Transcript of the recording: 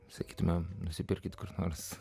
sakytumėme nusipirkit kur nors